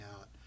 out